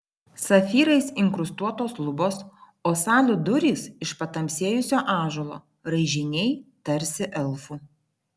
safyrais inkrustuotos lubos o salių durys iš patamsėjusio ąžuolo raižiniai tarsi elfų